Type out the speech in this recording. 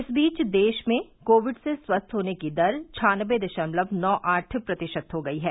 इस बीच देश में कोविड से स्वस्थ होने की दर छान्नबे दशमलव नौ आठ प्रतिशत हो गई है